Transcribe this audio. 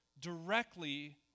directly